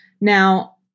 Now